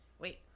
Wait